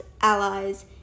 Allies